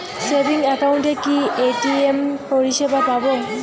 Savings একাউন্টে কি ATM পরিসেবা পাব?